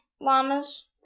llamas